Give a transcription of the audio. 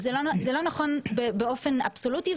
זה לא נכון באופן אבסולוטי,